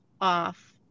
off